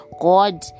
God